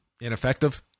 ineffective